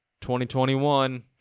2021